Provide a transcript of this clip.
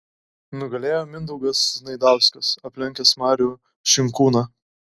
nugalėjo mindaugas znaidauskas aplenkęs marių šinkūną